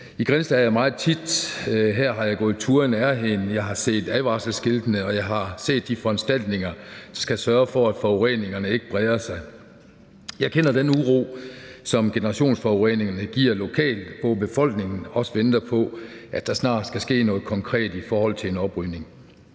I Grindsted er jeg meget tit. Her har jeg gået tur i nærheden, jeg har set advarselsskiltene, og jeg har set de foranstaltninger, der skal sørge for, at forureningerne ikke breder sig. Jeg kender den uro, som generationsforureningerne giver lokalt, hvor befolkningen også venter på, at der snart skal ske noget konkret i forhold til en oprydning.